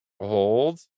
Hold